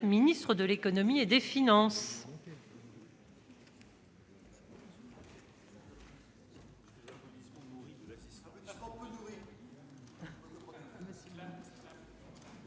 ministre de l'économie et des finances.